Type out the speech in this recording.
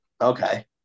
okay